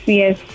yes